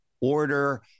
order